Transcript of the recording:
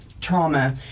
trauma